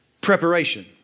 preparation